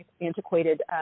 antiquated